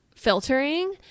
filtering